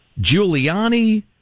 Giuliani